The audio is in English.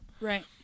Right